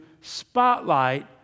spotlight